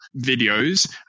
videos